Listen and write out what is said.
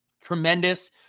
Tremendous